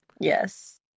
yes